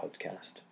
podcast